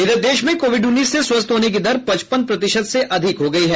इधर देश में कोविड उन्नीस से स्वस्थ होने की दर पचपन प्रतिशत से अधिक हो गई है